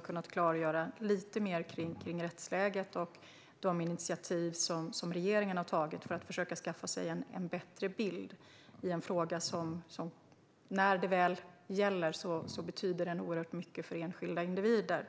kunnat klargöra lite mer om rättsläget och de initiativ som regeringen har tagit för att försöka skaffa sig en bättre bild i en fråga som när det väl gäller betyder mycket för enskilda individer.